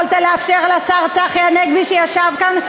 יכולת לאפשר לשר צחי הנגבי שישב כאן,